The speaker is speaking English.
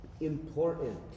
important